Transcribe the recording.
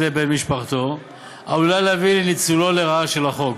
בן משפחתו עלולה להביא לניצול לרעה של החוק,